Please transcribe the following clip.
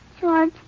George